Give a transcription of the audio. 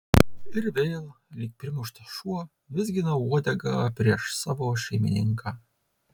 ir vėl lyg primuštas šuo vizginau uodegą prieš savo šeimininką